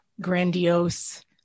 grandiose